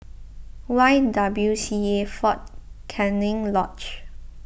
Y W C A fort Canning Lodge